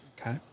Okay